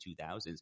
2000s